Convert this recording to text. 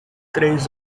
três